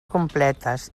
completes